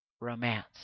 romance